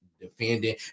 defending